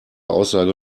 aussage